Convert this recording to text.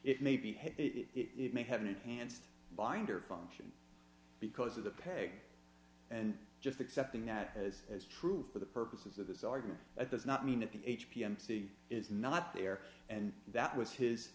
it may be it may have an enhanced binder function because of the peg and just accepting that has as true for the purposes of this argument that does not mean that the h p c is not there and that was his